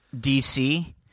DC